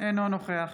אינו נוכח